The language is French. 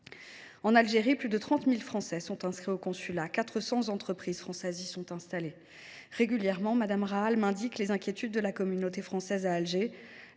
En Algérie, plus de 30 000 Français sont inscrits au consulat. Quelque 400 entreprises françaises sont installées là bas. Régulièrement, Mme Rahal m’indique les inquiétudes de la communauté française à Alger,